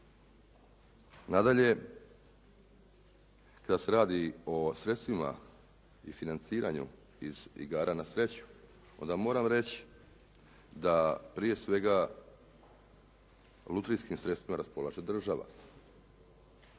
Nadalje, da se radi o sredstvima i financiranju iz igara na sreću onda moram reći da prije svega lutrijskim sredstvima raspolaže država.